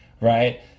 Right